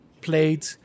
played